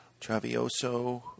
Travioso